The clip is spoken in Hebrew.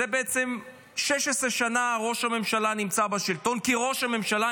זה בעצם 16 שנה שראש הממשלה נמצא בשלטון כראש הממשלה,